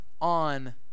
on